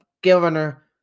governor